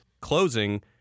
closing